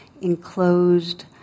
enclosed